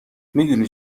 میدونی